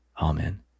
Amen